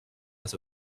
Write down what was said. las